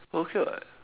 but okay [what]